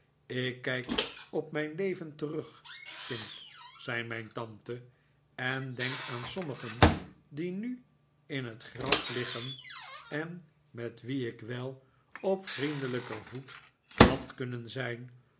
ik kijk op mijn leven terug kind zei mijn tante en denk aan sommigen die nu in het graf liggen en met wie ik wel op vriendelijker voet had kunnen zijn